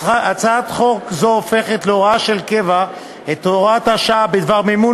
הצעת חוק זאת הופכת להוראה של קבע את הוראת השעה בדבר מימון